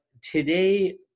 today